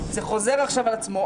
זה חוזר עכשיו על עצמו.